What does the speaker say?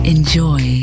Enjoy